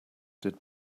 did